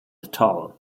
atoll